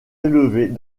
élevés